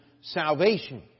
salvation